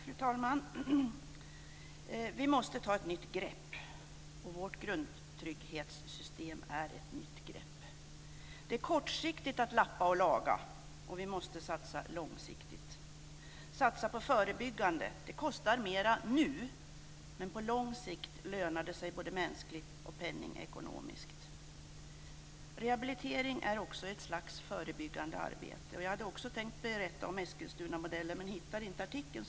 Fru talman! Vi måste ta ett nytt grepp, och vårt grundtrygghetssystem är ett nytt grepp. Det är kortsiktigt att lappa och laga, och vi måste satsa långsiktigt. Att satsa på förebyggande kostar mera nu, men på lång sikt lönar det sig både mänskligt och penningekonomiskt. Rehabilitering är också ett slags förebyggande arbete. Jag hade också tänkt berätta om Eskilstunamodellen men hittade inte artikeln.